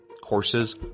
Courses